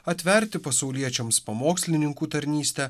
atverti pasauliečiams pamokslininkų tarnystę